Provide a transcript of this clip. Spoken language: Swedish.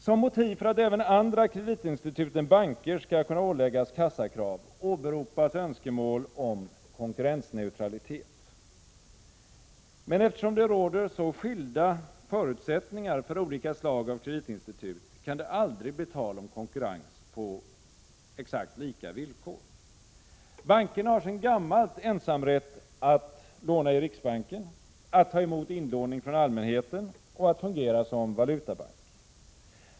Som motiv för att även andra kreditinstitut än banker skall kunna åläggas kassakrav åberopas önskemål om konkurrensneutralitet. Men eftersom det råder så skilda förutsättningar för olika slag av kreditinstitut, kan det aldrig bli tal om konkurrens på exakt lika villkor. Bankerna har sedan gammalt ensamrätt att låna i riksbanken, att ta emot inlåning från allmänheten och att fungera som valutabank.